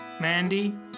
Mandy